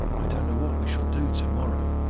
i don't know what we shall do tomorrow.